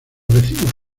vecinos